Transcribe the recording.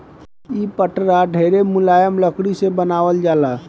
इ पटरा ढेरे मुलायम लकड़ी से बनावल जाला